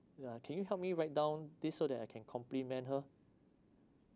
can you help me write down this so that I can compliment her